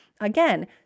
again